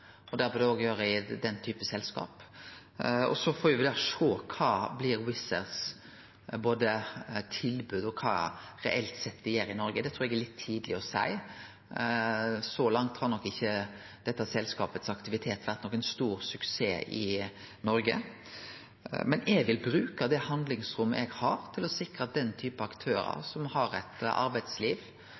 og det bør det òg gjere i den type selskap. Så får me sjå kva som blir Wizz Airs tilbod, og kva dei reelt sett gjer i Noreg. Det trur eg er litt tidleg å seie. Så langt har nok ikkje aktiviteten til dette selskapet vore nokon stor suksess i Noreg. Eg vil bruke det handlingsrommet eg har, til å sikre at det er den type aktørar som har eit arbeidsliv